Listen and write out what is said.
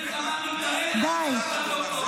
--- המלחמה הזו מתנהלת --- ב-6 באוקטובר.